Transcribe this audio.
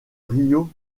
río